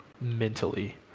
mentally